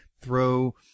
throw